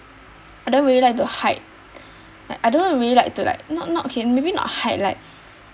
I don't really like to hide like I don't want really like to like not not okay maybe not hide like